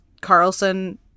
Carlson